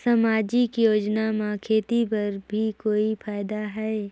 समाजिक योजना म खेती बर भी कोई फायदा है?